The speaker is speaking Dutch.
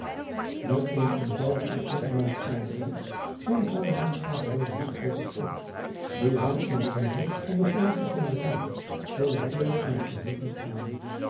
met eene eenvoudige en ongemaakte aardigheid geide vader lijnslager deze dichtregels op die hem in het midden van de hollandsche veenderijen zoo natuurlijk in het geheugen kwamen